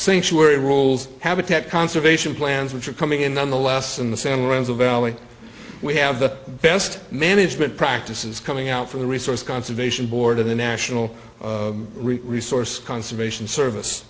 sanctuary rules habitat conservation plans which are coming in on the last in the san lorenzo valley we have the best management practices coming out from the resource conservation board of the national resource conservation service